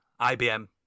IBM